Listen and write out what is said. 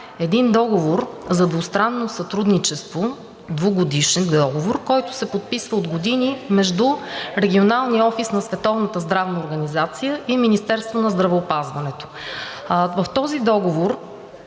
един договор за двустранно сътрудничество – двугодишен договор, който се подписва от години между Регионалния офис на Световната здравна организация и Министерството на здравеопазването. В този договор